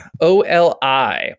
O-L-I